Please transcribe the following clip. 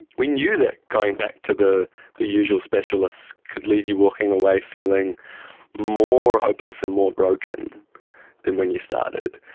we knew that going back to the the usual specialists could leave you walking away feeling more hopeless and more broken than when you started,